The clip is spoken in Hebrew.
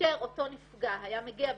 כאשר אותו נפגע היה מגיע,